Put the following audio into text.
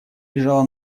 лежала